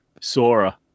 sora